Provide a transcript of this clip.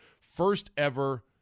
first-ever